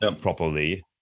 properly